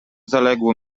zaległo